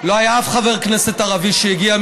לא היה אף חבר כנסת ערבי שהגיע.